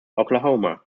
oklahoma